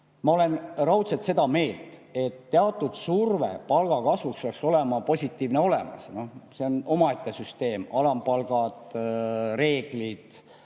Ma olen raudselt seda meelt, et teatud surve palga kasvuks peaks olema positiivne. See on omaette süsteem: alampalgad, reeglid.